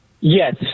Yes